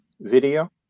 video